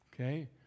Okay